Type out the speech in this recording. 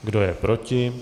Kdo je proti?